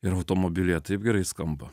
ir automobilyje taip gerai skamba